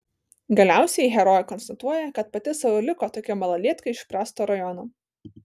galiausiai herojė konstatuoja kad pati sau ir liko tokia malalietka iš prasto rajono